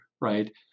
right